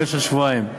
במשך שבועיים,